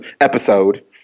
episode